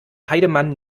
heidemann